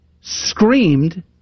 screamed